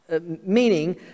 meaning